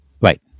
Right